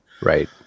Right